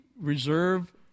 reserve